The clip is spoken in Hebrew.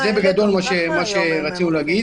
זה בגדול מה שרצינו להגיד.